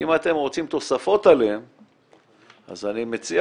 אם אתם רוצים תוספות עליהם אז אני מציע